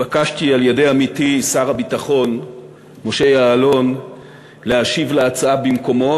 נתבקשתי על-ידי עמיתי שר הביטחון משה יעלון להשיב להצעה במקומו,